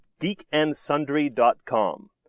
geekandsundry.com